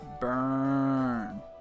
Burn